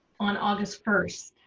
on august first.